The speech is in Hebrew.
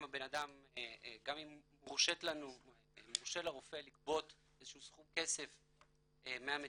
גם אם מורשה לרופא לגבות איזשהו סכום כסף מהמטופל,